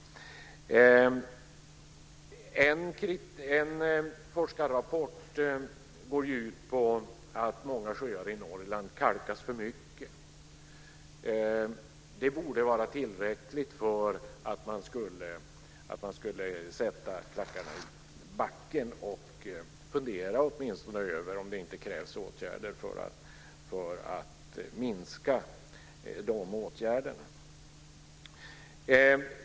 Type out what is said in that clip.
En forskningsrapport går ut på att många sjöar i Norrland kalkas för mycket. Det borde vara tillräckligt för att sätta klackarna i backen och åtminstone fundera över om det inte krävs åtgärder för att minska den här verksamheten.